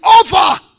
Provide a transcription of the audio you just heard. over